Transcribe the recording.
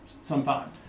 sometime